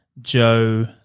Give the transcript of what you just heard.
Joe